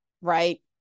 right